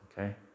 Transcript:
Okay